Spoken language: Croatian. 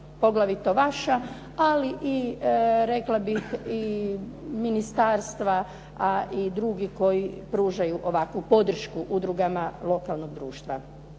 poglavito vaša. Ali i rekla bih i ministarstva i drugih koji pružaju ovakvu podršku udrugama lokalnog društva.